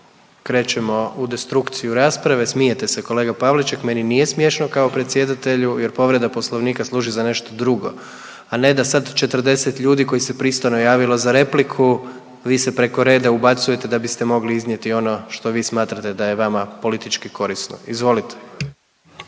krećemo u destrukciju rasprave. Smijete se kolega Pavliček, meni nije smiješno kao predsjedatelju jer povreda Poslovnika služi za nešto drugo, a ne da sad 40 ljudi koji se pristojno javilo za repliku, vi se preko reda ubacujete da biste mogli iznijeti ono što vi smatrate da je vama politički korisno. Izvolite.